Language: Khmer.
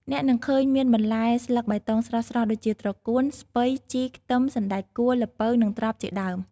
អ្នកនឹងឃើញមានបន្លែស្លឹកបៃតងស្រស់ៗ ដូចជា ត្រកួន ស្ពៃ ជី ខ្ទឹម សណ្ដែកគួ ល្ពៅ និងត្រប់ ជាដើម។